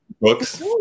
books